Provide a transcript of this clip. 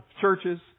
churches